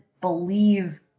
believe